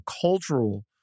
cultural